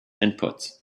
inputs